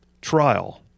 trial